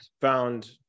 found